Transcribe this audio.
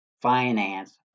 finance